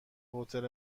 هتل